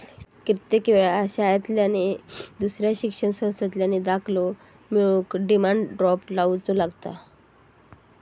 कित्येक वेळा शाळांतल्यानी नि दुसऱ्या शिक्षण संस्थांतल्यानी दाखलो मिळवूक डिमांड ड्राफ्ट लावुचो लागता